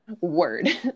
word